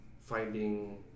finding